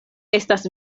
estas